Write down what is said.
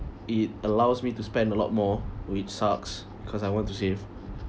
it allows me to spend a lot more which sucks because I want to save